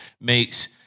makes